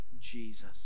Jesus